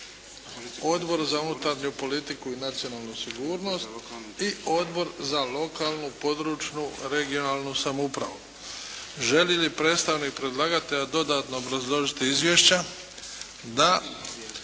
Odbor za unutarnju politiku i nacionalnu sigurnost i Odbor za lokalnu i područnu (regionalnu) samoupravu. Želi li predstavnik predlagatelja dodatno obrazložiti izvješća? Da.